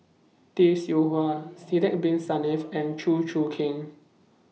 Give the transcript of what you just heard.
Tay Seow Huah Sidek Bin Saniff and Chew Choo Keng